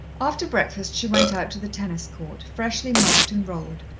after breakfast she went out to the tennis-court, freshly marked and rolled,